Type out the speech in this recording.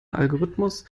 algorithmus